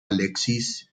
alexis